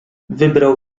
wybrał